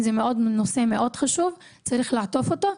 זה נושא מאוד חשוב, צריך לעטוף אותו.